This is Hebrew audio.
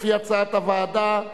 לפי הצעת הוועדה,